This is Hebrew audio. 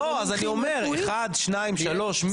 לא אז אני אומר 1 2, 3 מי מטעם מי.